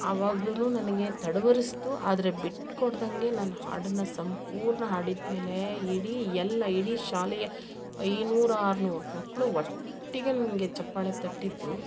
ಆವಾಗಲೂನು ನನಗೆ ತಡವರಸ್ತು ಆದರೆ ಬಿಟ್ಕೊಡ್ದಂಗೆ ನಾನು ಹಾಡನ್ನ ಸಂಪೂರ್ಣ ಹಾಡಿದ್ಮೇಲೆ ಇಡಿ ಎಲ್ಲ ಇಡಿ ಶಾಲೆಯ ಐನೂರು ಆರುನೂರು ಮಕ್ಕಳು ಒಟ್ಟಿಗೆ ನನಗೆ ಚಪ್ಪಾಳೆ ತಟ್ಟಿದ್ದು